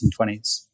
1920s